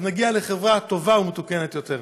אז נגיע לחברה טובה ומתוקנת יותר.